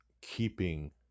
keeping